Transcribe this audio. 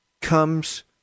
comes